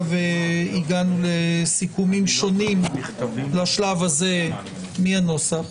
והגענו לסיכומים שונים לשלב הזה מהנוסח.